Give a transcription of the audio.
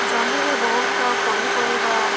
ଜମିରେ ବହୁତ ପନିପରିବା